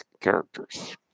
characters